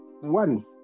one